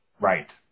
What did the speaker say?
Right